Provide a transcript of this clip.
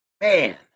Man